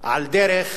על דרך